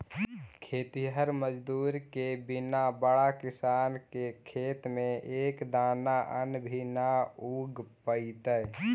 खेतिहर मजदूर के बिना बड़ा किसान के खेत में एक दाना अन्न भी न उग पइतइ